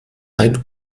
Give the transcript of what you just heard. ein